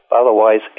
Otherwise